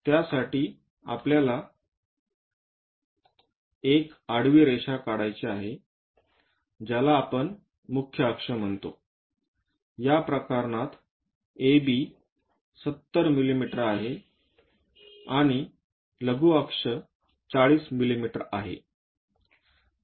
त्या हेतूसाठी आपल्याला एक आडवी रेषा काढायची आहे ज्याला आपण मुख्य अक्ष म्हणतो या प्रकरणात AB 70 मिमी आहे आणि लघु अक्ष 40 मिमी आहे